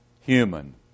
human